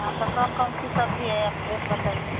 हाँ तो कौन कौन सी सब्जी है आप रेट बताइए